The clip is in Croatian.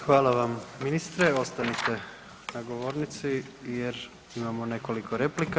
Hvala vam, ministre, ostanite na govornici jer imamo nekoliko replika.